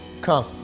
Come